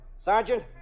Sergeant